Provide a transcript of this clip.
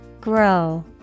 Grow